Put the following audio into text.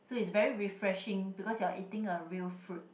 so it's very refreshing because you're eating a real fruit